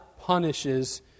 punishes